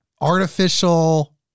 artificial